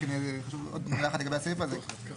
עוד מילה אחת לגבי הסעיף הזה.